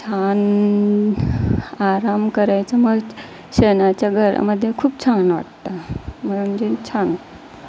छान आराम करायचं मग शेणाच्या घरामध्ये खूप छान वाटतं म्हणजे छान